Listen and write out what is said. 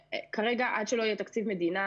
כרגע, עד שלא יהיה תקציב מדינה